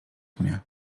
mnie